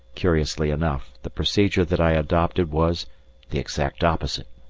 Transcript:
curiously enough, the procedure that i adopted was the exact opposite.